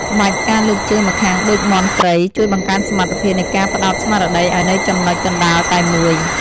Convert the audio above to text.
ក្បាច់ ការលើកជើងម្ខាងដូចមាន់ព្រៃ ជួយបង្កើនសមត្ថភាពនៃការផ្ដោតស្មារតីឱ្យនៅចំណុចកណ្ដាលតែមួយ។